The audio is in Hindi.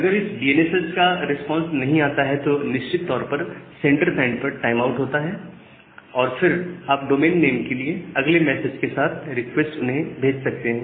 अगर इस डीएनएस का रिस्पांस नहीं आता है तो निश्चित तौर पर सेंडर साइड पर टाइम आउट होगा और फिर आप डोमेन नेम के लिए अगले मैसेज के साथ रिक्वेस्ट उन्हें भेज सकते हैं